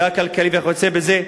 הכלכלי וכיוצא בזה.